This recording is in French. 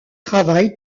travaille